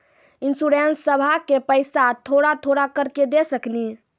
इंश्योरेंसबा के पैसा थोड़ा थोड़ा करके दे सकेनी?